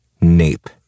nape